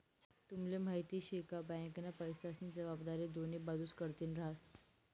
तुम्हले माहिती शे का? बँकना पैसास्नी जबाबदारी दोन्ही बाजूस कडथीन हास